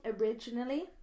originally